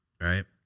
right